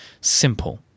simple